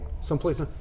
someplace